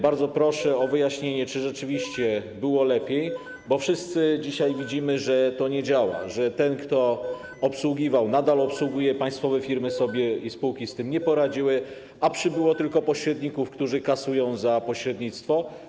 Bardzo proszę o wyjaśnienie, czy rzeczywiście było lepiej, bo wszyscy dzisiaj widzimy, że to nie działa, że ten, kto obsługiwał, nadal obsługuje, państwowe firmy i spółki sobie z tym nie poradziły, a przybyło tylko pośredników, którzy kasują za pośrednictwo.